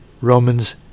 Romans